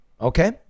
okay